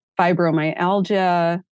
Fibromyalgia